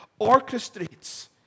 orchestrates